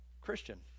Christian